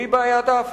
והיא בעיית האפליה: